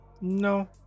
No